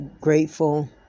grateful